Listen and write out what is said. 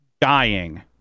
dying